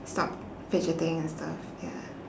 stop fidgeting and stuff ya